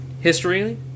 history